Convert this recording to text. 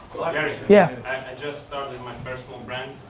yeah. i just started my personal brand.